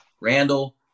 Randall